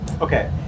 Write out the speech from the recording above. okay